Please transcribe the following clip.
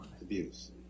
abuse